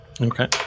Okay